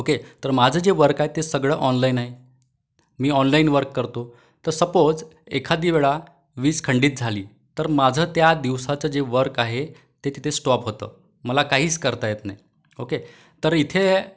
okay तर माझं जे वर्क आहे ते सगळं ऑनलाइन आहे मी ऑनलाइन वर्क करतो तर सपोज एखादी वेळा वीज खंडित झाली तर माझं त्या दिवसाचं जे वर्क आहे ते तिथे स्टॉप होतं मला काहीच करता येत नाही ओके तर इथे